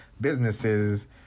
businesses